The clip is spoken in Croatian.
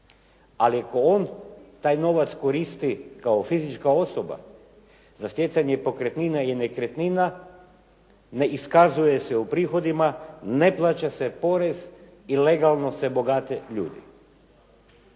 Ali ako on taj novac koristi kao fizička osoba za stjecanje pokretnine i nekretnina, ne iskazuje se u prihodima, ne plaća se porez i legalno se bogate ljudi.